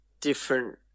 different